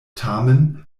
tamen